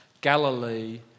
Galilee